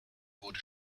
wurde